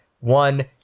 one